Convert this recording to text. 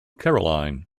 caroline